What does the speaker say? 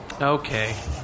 Okay